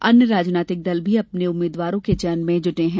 अन्य राजनैतिक दल भी अपने उम्मीदवारों के चयन में जुटे हैं